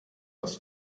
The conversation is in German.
das